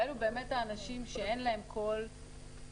שהם באמת האנשים שאין להם קול,